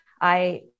I-